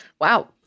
Wow